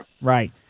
Right